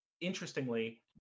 interestingly